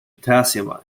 potassium